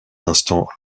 instants